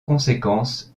conséquence